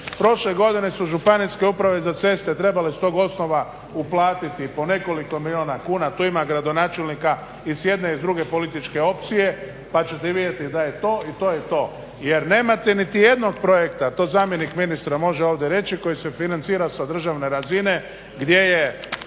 Prošle godine su Županijske uprave za ceste trebale s tog osnova uplatiti po nekoliko milijuna kuna. Tu ima gradonačelnika i s jedne i s druge političke opcije, pa ćete vidjeti da je to i to je to. Jer nemate niti jednog projekta, a to zamjenik ministra može ovdje reći koji se financira sa državne razine gdje je